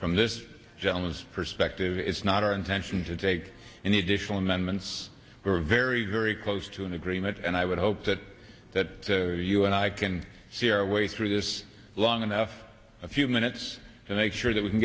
from this gentleman's perspective it's not our intention to take any additional amendments we're very very close to an agreement and i would hope that that you and i can see our way through this long enough a few minutes and make sure that we can